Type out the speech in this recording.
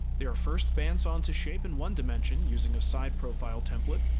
they are first band sawn to shape in one dimension using a side profile template.